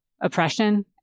oppression